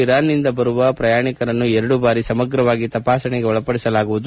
ಇರಾನ್ನಿಂದ ಬರುವ ಪ್ರಯಾಣಿಕರನ್ನು ಎರಡು ಬಾರಿ ಸಮಗ್ರವಾಗಿ ತಪಾಸಣೆಗೊಳಿಸಲಾಗುವುದು